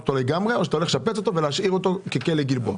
אותו לגמרי או שאתה הולך לשפץ אותו ולהשאיר אותו ככלא גלבוע.